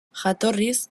jatorriz